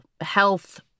health